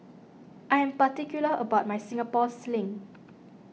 I am particular about my Singapore Sling